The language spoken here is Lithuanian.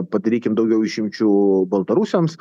padarykim daugiau išimčių baltarusiams